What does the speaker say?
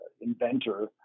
inventor